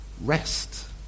rest